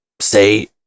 say